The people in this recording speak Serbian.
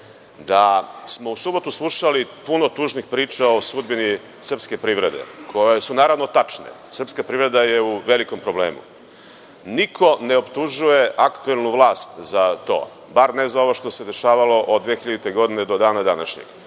da smo u subotu slušali puno tužnih priča o sudbini srpske privrede, koje su naravno tačne. Srpska privreda je u velikom problemu. Niko ne optužuje aktuelnu vlast za to, bar ne za ovo što se dešavalo od 2000. godine do dana današnjeg.